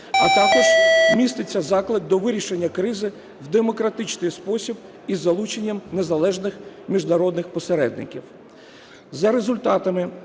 а також міститься заклик до вирішення кризи в демократичний спосіб із залученням незалежних міжнародних посередників.